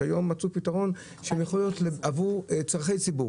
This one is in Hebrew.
היום מצאו פתרון שהן יכולות להיות עבור צרכי ציבור.